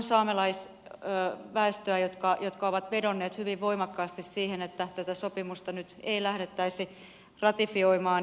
kuitenkin on saamelaisväestöä joka on vedonnut hyvin voimakkaasti siihen että tätä sopimusta nyt ei lähdettäisi ratifioimaan